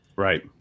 Right